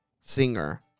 Singer